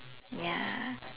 ya